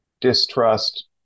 distrust